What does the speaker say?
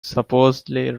supposedly